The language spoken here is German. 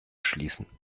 schließen